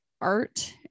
art